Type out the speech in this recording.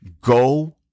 go